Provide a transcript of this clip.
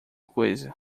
coisa